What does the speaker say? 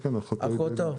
אחותו.